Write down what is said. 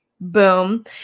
Boom